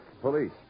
Police